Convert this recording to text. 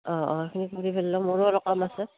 অঁ অঁ এইখিনি মোৰো অলপ কাম আছে